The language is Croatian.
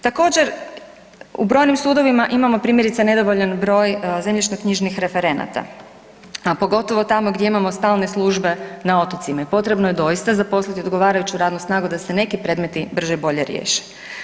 Također, u brojnim sudovima imamo primjerice nedovoljan broj zemljišno-knjižnih referenata, a pogotovo tamo gdje imamo stalne službe na otocima i potrebno je doista zaposliti odgovarajuću radnu snagu da se neki predmeti brže i bolje riješe.